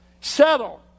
Settle